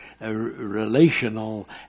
relational